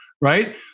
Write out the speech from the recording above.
right